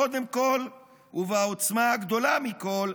קודם כול ובעוצמה הגדולה מכול,